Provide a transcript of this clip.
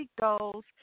goals